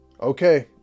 Okay